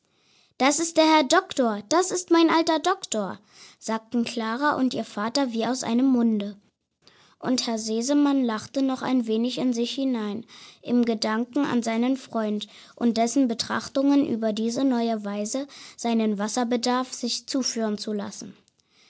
das ist der herr doktor das ist mein alter doktor sagten klara und ihr vater wie aus einem munde und herr sesemann lachte noch ein wenig in sich hinein im gedanken an seinen freund und dessen betrachtungen über diese neue weise seinen wasserbedarf sich zuführen zu lassen